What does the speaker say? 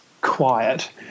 quiet